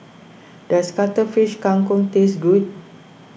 does Cuttlefish Kang Kong taste good